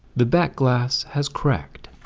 the back glass has cracked.